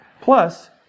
Plus